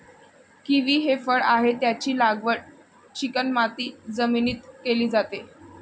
kiwi हे फळ आहे, त्याची लागवड चिकणमाती जमिनीत केली जाते